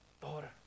Daughter